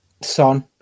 son